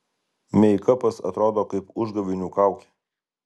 meikapas atrodo kaip užgavėnių kaukė